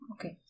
Okay